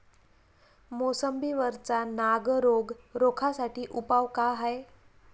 मोसंबी वरचा नाग रोग रोखा साठी उपाव का हाये?